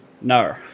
No